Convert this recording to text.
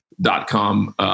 dot-com